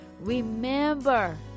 Remember